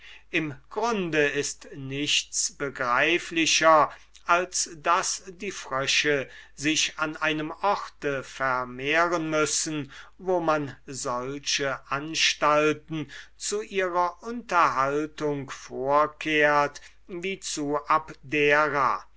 im grunde ist nichts begreiflicher als daß die frösche sich auf eine ganz ungeheure art an einem orte vermehren müssen wo man solche anstalten zu ihrer unterhaltung vorkehrt wie zu abdera